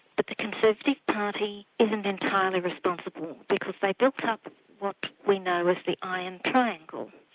but the conservative party isn't entirely responsible because they built up what we know as the iron triangle,